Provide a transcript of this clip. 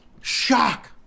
Shock